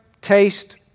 taste